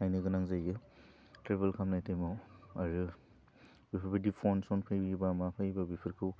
नायनो गोनां जायो ट्रेबोल खालामनाय समाव ओरैनो बेफोरबायदि फन सन फैयोबा मा फैयोबा बेफोरखौ